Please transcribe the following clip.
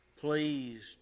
pleased